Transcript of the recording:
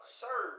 sir